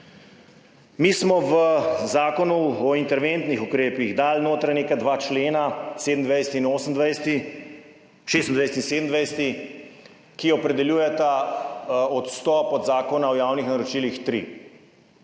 Mi smo v Zakonu o interventnih ukrepih dali notri neka dva člena, 27. in 28., 26. in 27., ki opredeljujeta odstop od Zakona o javnih naročilih 3.